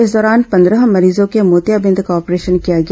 इस दौरान पंद्रह मरीजों के मोतियाबिंद का ऑपरेशन किया गया